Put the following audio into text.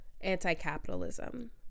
anti-capitalism